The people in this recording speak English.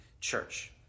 church